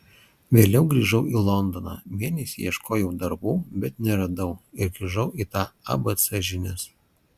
vėliau grįžau į londoną mėnesį ieškojau darbų bet neradau ir grįžau į tą abc žinias